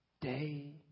day